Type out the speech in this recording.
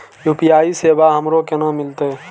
UPI सेवा हमरो केना मिलते?